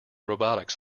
robotics